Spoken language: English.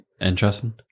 interesting